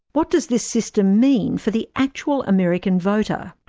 what does this system mean for the actual american voter?